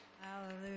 Hallelujah